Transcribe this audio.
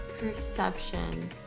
Perception